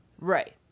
Right